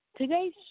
Today's